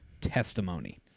testimony